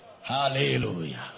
Hallelujah